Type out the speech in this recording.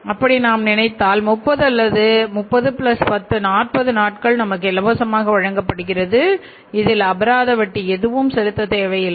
அப்படி நாம் நினைத்தால் 30 அல்லது 3010 40 நாட்கள் நமக்கு இலவசமாக வழங்கப்படுகிறது இதில் அபராத வட்டி எதுவும் செலுத்தத் தேவை இல்லை